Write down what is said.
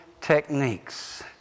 techniques